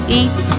eat